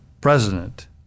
president